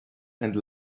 and